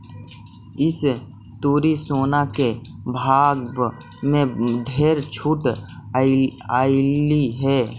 इस तुरी सोना के भाव में ढेर छूट अएलई हे